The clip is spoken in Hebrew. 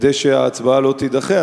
כדי שההצבעה לא תידחה,